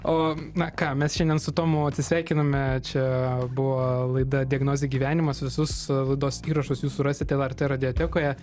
o na ką mes šiandien su tomu atsisveikiname čia buvo laida diagnozė gyvenimas visus laidos įrašus jūs rasit lrt radiotekoje